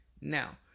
Now